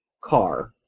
car